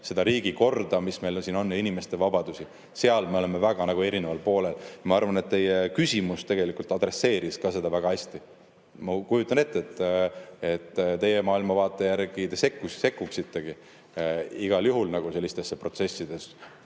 seda riigikorda, mis meil siin on, ja inimeste vabadusi. Seal me oleme väga erineval poolel. Ma arvan, et teie küsimus tegelikult adresseeris seda väga hästi. Ma kujutan ette, et teie maailmavaate järgi te sekkuksitegi igal juhul sellistesse protsessidesse